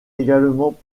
également